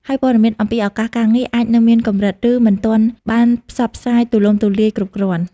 ហើយព័ត៌មានអំពីឱកាសការងារអាចនៅមានកម្រិត ឬមិនទាន់បានផ្សព្វផ្សាយទូលំទូលាយគ្រប់គ្រាន់។